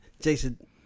Jason